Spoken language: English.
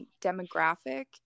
demographic